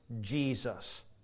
Jesus